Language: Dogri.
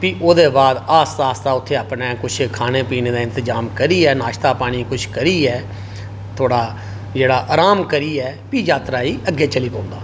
प्ही ओह्दे बाद आस्ता आस्ता अपने कुछ खाने पीने दा इंतजाम करियै नाश्ता पानी कुछ करियै थोह्ड़ा जेहड़ा आराम करियै फ्ही जेहड़ा अग्गै चली पौंदा